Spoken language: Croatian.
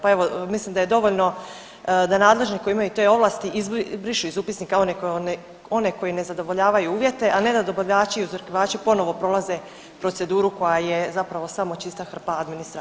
Pa evo, mislim da je dovoljno da nadležni koji imaju te ovlasti izbrišu iz upisnika one koji ne zadovoljavaju uvjete, a ne da dobavljači i uzorkivači ponovo prolaze proceduru koja je zapravo samo čista hrpa administracije.